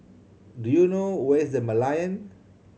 do you know where is The Merlion